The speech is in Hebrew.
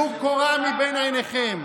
טלו קורה מבין עיניכם.